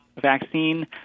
vaccine